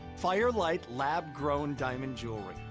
fire light lab grown diamond jewelry,